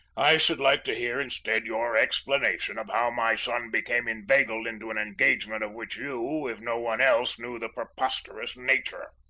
i should like to hear, instead, your explanation of how my son became inveigled into an engagement of which you, if no one else, knew the preposterous nature.